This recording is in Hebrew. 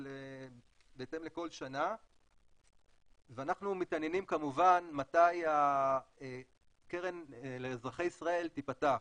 בהתאם לכל שנה ואנחנו מתעניינים כמובן מתי הקרן לאזרחי ישראל תיפתח.